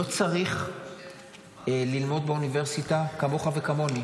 צריך ללמוד באוניברסיטה כמוך וכמוני,